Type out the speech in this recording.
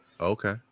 Okay